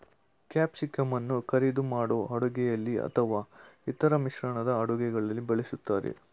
ಕ್ಯಾಪ್ಸಿಕಂಅನ್ನ ಕರಿದು ಮಾಡೋ ಅಡುಗೆಲಿ ಅಥವಾ ಇತರ ಮಿಶ್ರಣದ ಅಡುಗೆಗಳಲ್ಲಿ ಬಳಸಲಾಗ್ತದೆ